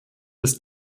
ist